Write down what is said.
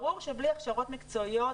ברור שבלי הכשרות מקצועיות,